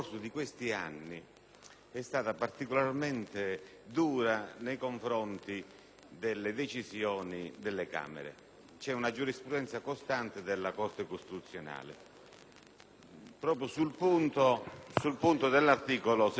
è stata particolarmente dura nei confronti delle decisioni delle Camere: c'è una giurisprudenza costante della Corte costituzionale proprio sul punto dell'articolo 68.